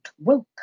woke